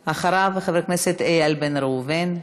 אחריו, חבר הכנסת איל בן ראובן.